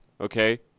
okay